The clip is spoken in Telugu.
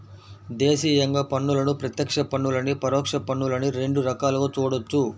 దేశీయంగా పన్నులను ప్రత్యక్ష పన్నులనీ, పరోక్ష పన్నులనీ రెండు రకాలుగా చూడొచ్చు